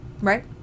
Right